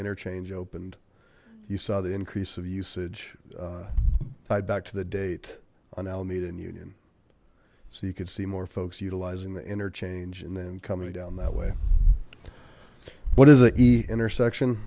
interchange opened you saw the increase of usage tied back to the date on alameda and union so you could see more folks utilizing the interchange and then coming down that way what is an e intersection